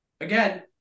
Again